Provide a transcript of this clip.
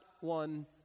one